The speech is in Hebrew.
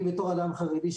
אני אדם חרדי,